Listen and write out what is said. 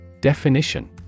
Definition